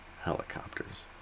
helicopters